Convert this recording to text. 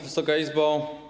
Wysoka Izbo!